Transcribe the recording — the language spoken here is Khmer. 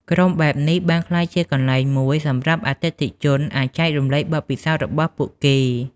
ក្រុមបែបនេះបានក្លាយជាកន្លែងមួយសម្រាប់អតិថិជនអាចចែករំលែកបទពិសោធន៍របស់ពួកគេ។